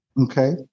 Okay